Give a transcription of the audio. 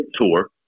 tour